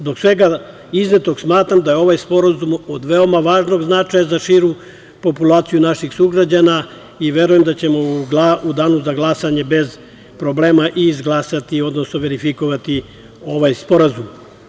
Zbog svega iznetog, smatram da je ovaj sporazum od veoma važnog značaja za širu populaciju naših sugrađana i verujem da ćemo u danu za glasanje bez problema i izglasati, odnosno verifikovati ovaj sporazum.